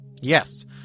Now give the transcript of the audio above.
Yes